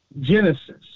Genesis